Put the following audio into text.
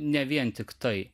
ne vien tiktai